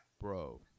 bro